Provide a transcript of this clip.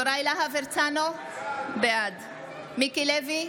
יוראי להב הרצנו, בעד מיקי לוי,